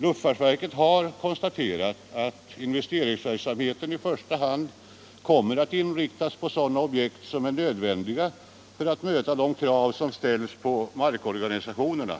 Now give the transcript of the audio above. Luftfartsverket har konstaterat att investeringarna i första hand kommer att inriktas på sådana objekt som är nödvändiga för att möta de krav som ställs på markorganisationerna.